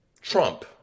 Trump